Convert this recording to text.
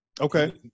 Okay